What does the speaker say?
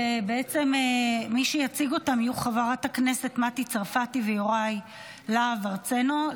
ובעצם מי שיציג אותן יהיו חברי הכנסת מטי צרפתי ויוראי להב הרצנו,